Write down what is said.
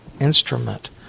instrument